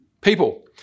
people